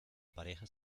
pareja